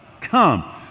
come